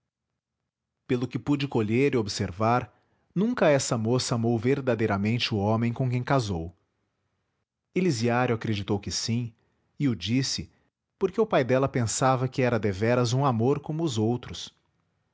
pelo que pude colher e observar nunca essa moça amou verdadeiramente o homem com quem casou elisiário acreditou que sim e o disse porque o pai dela pensava que era deveras um amor como os outros